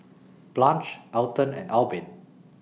Blanch Elton and Albin